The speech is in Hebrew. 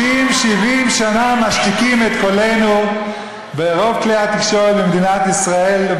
60 70 שנה משתיקים את קולנו ברוב כלי התקשורת במדינת ישראל,